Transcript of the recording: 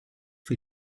für